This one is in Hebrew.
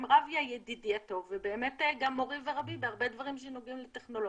רביה ידיד הטוב ובאמת גם מורי ורבי בהרבה דברים שנוגעים לטכנולוגיה.